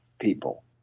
people